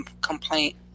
complaint